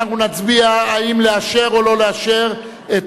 אנחנו נצביע אם לאשר או לא לאשר את